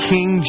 King